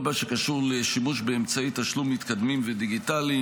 מה שקשור לשימוש באמצעי תשלום מתקדמים ודיגיטליים,